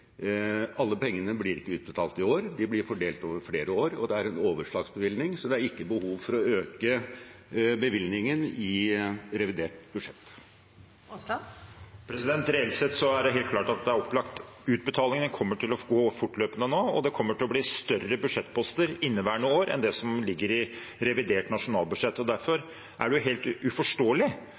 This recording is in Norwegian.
så det er ikke behov for å øke bevilgningen i revidert budsjett. Reelt sett er det opplagt at utbetalingene kommer til å gå fortløpende nå, og det kommer til å bli større budsjettposter inneværende år enn det som ligger i revidert nasjonalbudsjett. Derfor er det helt uforståelig